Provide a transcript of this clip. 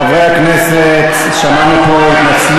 חברי הכנסת, שמענו פה התנצלות.